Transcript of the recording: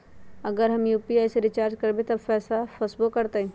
अगर हम यू.पी.आई से रिचार्ज करबै त पैसा फसबो करतई?